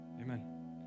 Amen